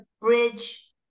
bridge